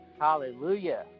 Hallelujah